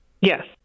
Yes